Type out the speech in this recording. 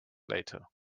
later